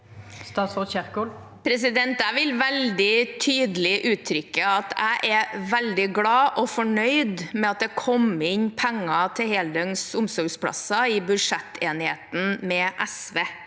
Jeg vil veldig tydelig uttrykke at jeg er veldig glad og fornøyd med at det kom inn penger til heldøgns omsorgsplasser i budsjettenigheten med SV.